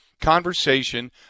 conversation